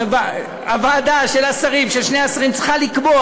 הוועדה של שני השרים צריכה לקבוע,